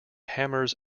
hammers